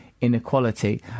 inequality